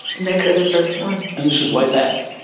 make her the first one. and this was way back.